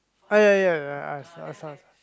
ah ya ya ya I I saw I saw